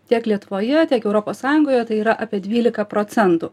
tiek lietuvoje tiek europos sąjungoje tai yra apie dvylika procentų